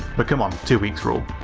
but come on, two weeks rule.